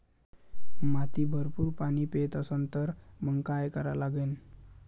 माती भरपूर पाणी पेत असन तर मंग काय करा लागन?